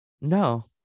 No